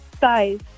Guys